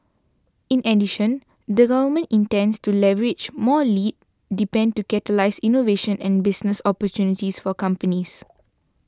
in the Government intends to leverage more lead depend to catalyse innovation and business opportunities for companies